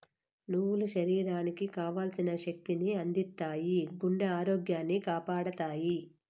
నువ్వులు శరీరానికి కావల్సిన శక్తి ని అందిత్తాయి, గుండె ఆరోగ్యాన్ని కాపాడతాయి